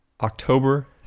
October